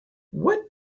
what